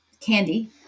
candy